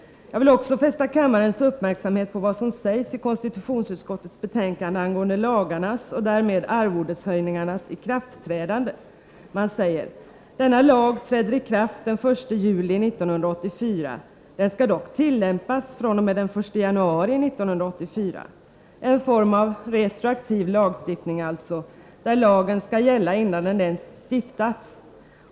Jag vill också fästa kammarens uppmärksamhet på vad som sägs i konstitutionsutskottets betänkande angående lagarnas och därmed arvodeshöjningarnas ikraftträdande. I lagförslaget anges: ”Denna lag träder i kraft den 1 juli 1984. Den skall dock tillämpas från och med den 1 januari 1984.” Det är alltså en form av retroaktiv lagstiftning, där lagen skall gälla innan den ens har stiftats.